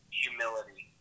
humility